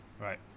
Right